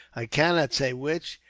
i cannot say which,